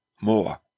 more